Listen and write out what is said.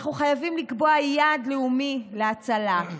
אנחנו חייבים לקבוע יעד לאומי להצלה,